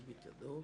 מי נגד?